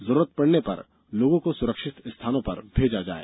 जरूरत पड़ने पर लोगों को सुरक्षित स्थानों पर भेजा जाये